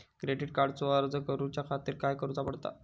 Credit कार्डचो अर्ज करुच्या खातीर काय करूचा पडता?